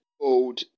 old